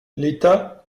l’état